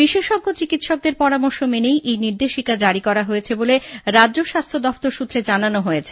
বিশেষজ্ঞ চিকিৎসকদের পরামর্শ মেনেই এই নির্দেশিকা জারি করা হয়েছে বলে রাজ্য স্বাস্হ্য দফতর সূত্রে জানানো হয়